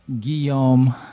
Guillaume